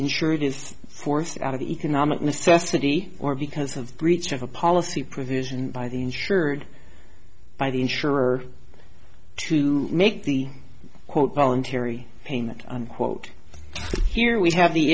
is forced out of economic necessity or because of breach of a policy provision by the insured by the insurer to make the quote voluntary payment quote here we have the